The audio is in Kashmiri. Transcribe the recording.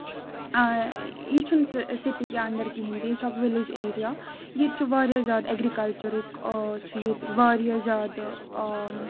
آ یہِ چھُ نہٕ سِٹی کہِ اَندر کِہینۍ تہِ یہِ چھُ اکھ وِلیج ایریا ییٚتہِ چھُ واریاہ زیادٕ اٮ۪گرِکَلچرُک چھُ ییٚتہِ واریاہ زیادٕ آ